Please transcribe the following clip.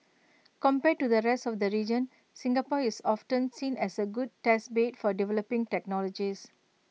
compared to the rest of the region Singapore is often seen as A good test bed for developing technologies